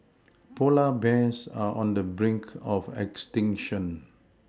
polar bears are on the brink of extinction